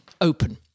open